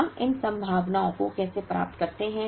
हम इन संभावनाओं को कैसे प्राप्त करते हैं